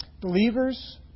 Believers